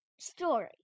story